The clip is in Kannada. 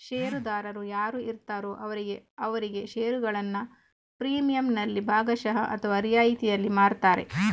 ಷೇರುದಾರರು ಯಾರು ಇರ್ತಾರೋ ಅವರಿಗೆ ಅವರಿಗೆ ಷೇರುಗಳನ್ನ ಪ್ರೀಮಿಯಂನಲ್ಲಿ ಭಾಗಶಃ ಅಥವಾ ರಿಯಾಯಿತಿನಲ್ಲಿ ಮಾರ್ತಾರೆ